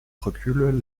recul